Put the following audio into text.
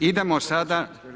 Idemo sada.